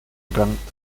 grant